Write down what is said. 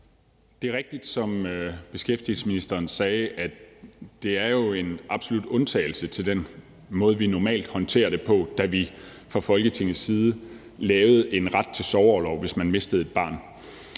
Det er rigtigt, som beskæftigelsesministeren sagde, altså at det jo var en absolut undtagelse til den måde, vi normalt håndterer det på, da vi fra Folketingets side lavede en ret til sorgorlov, hvis man mister et barn.